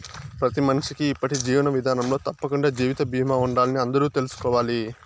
ప్రతి మనిషికీ ఇప్పటి జీవన విదానంలో తప్పకండా జీవిత బీమా ఉండాలని అందరూ తెల్సుకోవాలి